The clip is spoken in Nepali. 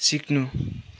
सिक्नु